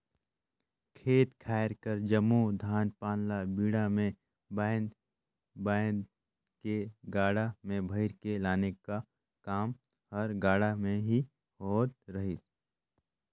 खेत खाएर कर जम्मो धान पान ल बीड़ा मे बाएध बाएध के गाड़ा मे भइर के लाने का काम हर गाड़ा मे ही होवत रहिस